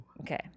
Okay